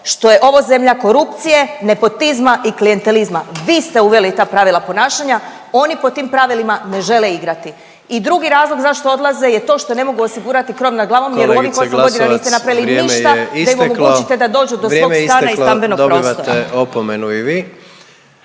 što je ovo zemlja korupcije, nepotizma i klijentelizma. Vi ste uveli ta pravila ponašanja, oni po tim pravilima ne žele igrati. I drugi razlog zašto odlaze je to što ne mogu osigurati krov nad glavom jer u… .../Upadica: Kolegice Glasovac, vrijeme je isteklo./... ovih 8 godina niste